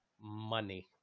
money